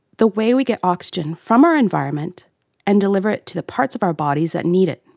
the way we get oxygen from our environment and deliver it to the parts of our bodies that need it,